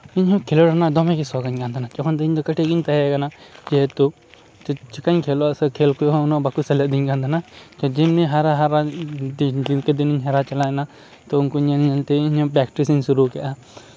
ᱤᱧᱦᱚᱸ ᱠᱷᱮᱞᱳᱰ ᱨᱮᱱᱟᱜ ᱫᱚᱢᱮᱜᱮ ᱥᱚᱠᱷ ᱟᱹᱧ ᱠᱟᱱ ᱛᱟᱦᱮᱱᱟ ᱡᱚᱠᱷᱚᱱ ᱤᱧᱫᱚ ᱠᱟᱹᱴᱤᱡ ᱜᱤᱧ ᱛᱟᱦᱮᱸ ᱠᱟᱱᱟ ᱡᱮᱦᱮᱛᱩ ᱪᱤᱠᱟᱧ ᱠᱷᱮᱞᱳᱜᱼᱟ ᱥᱮ ᱠᱷᱮᱞ ᱠᱚᱦᱚᱸ ᱩᱱᱟᱹᱜ ᱵᱟᱠᱚ ᱥᱮᱞᱮᱫᱤᱧ ᱠᱟᱱ ᱛᱟᱦᱮᱱᱟ ᱡᱮᱢᱱᱤ ᱦᱟᱨᱟ ᱦᱟᱨᱟ ᱫᱤᱱᱠᱮ ᱫᱤᱱ ᱤᱧ ᱦᱟᱨᱟ ᱪᱟᱞᱟᱣᱮᱱᱟ ᱛᱳ ᱩᱱᱠᱩ ᱧᱮᱞ ᱧᱮᱞ ᱛᱮ ᱤᱧᱦᱚᱸ ᱯᱮᱠᱴᱤᱥ ᱤᱧ ᱥᱩᱨᱩ ᱠᱮᱫᱟ